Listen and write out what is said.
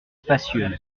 spacieuse